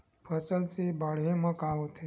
फसल से बाढ़े म का होथे?